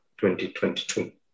2022